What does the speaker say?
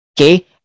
Okay